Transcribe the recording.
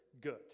good